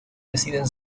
deciden